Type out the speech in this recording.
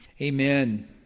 Amen